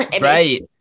right